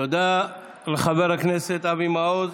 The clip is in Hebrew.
תודה לחבר הכנסת אבי מעוז.